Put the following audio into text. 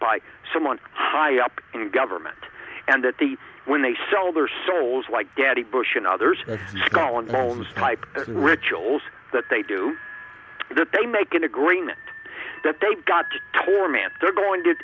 by someone high up in government and that the when they sell their souls like daddy bush and others skull and bones type rituals that they do that they make an agreement that they've got to torment they're going to